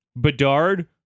Bedard